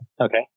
Okay